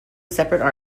separate